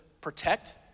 protect